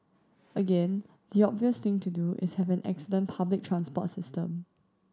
again the obvious thing to do is have an excellent public transport system